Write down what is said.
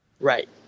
Right